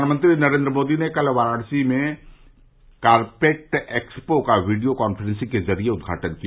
प्रधानमंत्री नरेन्द्र मोदी ने कल वाराणसी में कारपेट एक्सपो का वीडियो कान्फ्रॅसिंग के जरिये उद्घाटन किया